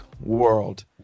world